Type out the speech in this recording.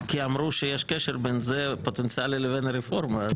כי אמרו שיש קשר פוטנציאלי בין זה לבין הרפורמה.